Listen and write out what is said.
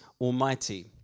almighty